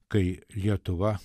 kai lietuva